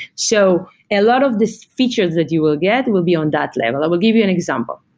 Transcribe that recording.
so a lot of these features that you will get will be on that level. i will give you an example.